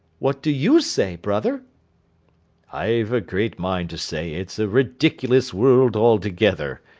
what do you say, brother i've a great mind to say it's a ridiculous world altogether,